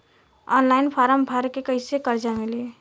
Online form भर के कैसे कर्जा मिली?